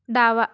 डावा